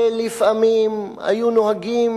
ולפעמים היו נוהגים